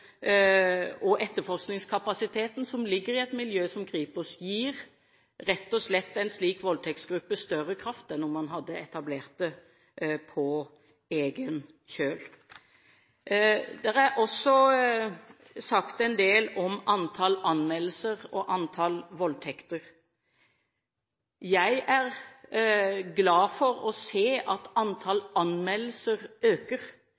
og etterforskningskapasiteten som ligger i et miljø som Kripos, rett og slett gir en slik voldtektsgruppe større kraft enn om man hadde etablert den på egen kjøl. Det er også sagt en del om antall anmeldelser og antall voldtekter. Jeg er glad for å se at antall anmeldelser øker.